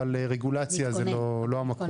אבל רגולציה זה לא המקום.